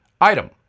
Item